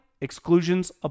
Exclusions